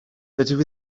dydw